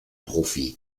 profi